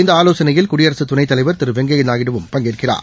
இந்தஆலோசனையில் குடியரசுதுணைத்தலைவர் திருவெங்கையாநாயுடுவும் பங்கேற்கிறார்